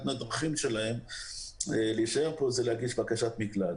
מהדרכים שלהם להישאר כאן היא להגיש בקשת מקלט.